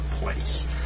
place